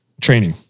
Training